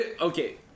Okay